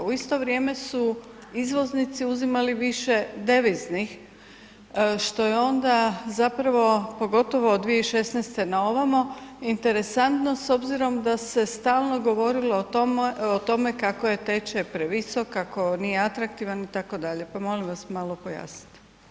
U isto vrijeme su izvoznici uzimali više deviznih što je onda zapravo pogotovo 2016. na ovamo interesantno s obzirom da se stalno govorilo o tome kako je tečaj previsok, kako nije atraktivan itd., pa molim vas malo pojasnite.